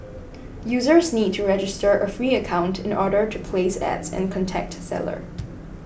users need to register a free account in order to place Ads and contact seller